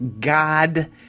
God